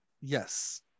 Yes